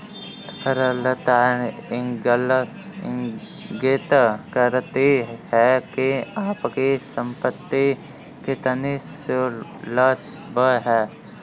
तरलता इंगित करती है कि आपकी संपत्ति कितनी सुलभ है